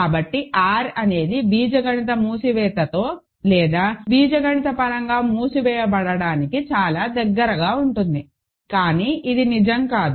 కాబట్టి R అనేది బీజగణిత మూసివేతతో లేదా బీజగణితపరంగా మూసివేయబడడానికి చాలా దగ్గరగా ఉంటుంది కానీ ఇది నిజం కాదు